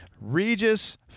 Regis